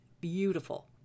beautiful